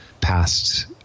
past